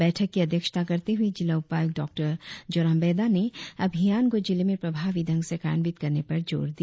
बैठक की आध्यक्षता करते हुए जिला उपायुक्त डॉ जोरम बेडा ने अभियान को जिले में प्रभावी ढंग से कार्यान्वित करने पर ज़ोर दिया